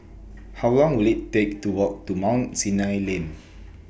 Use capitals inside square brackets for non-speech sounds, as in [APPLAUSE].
How Long Will IT Take to Walk to Mount Sinai Lane [NOISE]